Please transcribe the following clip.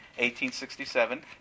1867